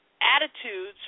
attitudes